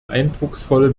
eindrucksvolle